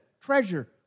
treasure